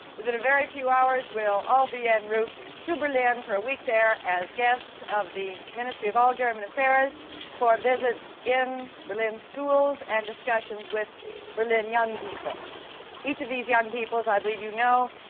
within a few hours we'll all be en route to berlin for a week there as guests of the ministry of all german affairs for visits in berlin schools and discussions with berlin young people each of these young people, as i believe you know,